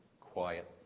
quiet